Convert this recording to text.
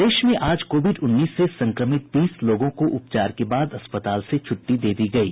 प्रदेश में आज कोविड उन्नीस से संक्रमित बीस लोगों को उपचार के बाद अस्पताल से छुट्टी दे दी गयी